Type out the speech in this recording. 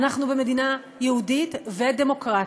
אנחנו במדינה יהודית ודמוקרטית,